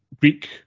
Greek